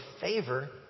favor